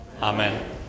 amen